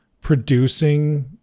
producing